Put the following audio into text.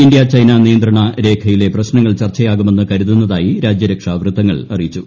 India China നിയന്ത്രണ രേഖയിലെ പ്രശ്നങ്ങൾ ചർച്ചയാകുമെന്ന് കരുതുന്നുതായി രാജ്യരക്ഷാ വൃത്തങ്ങൾ അറിയിച്ചു